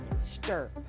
Stir